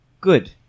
good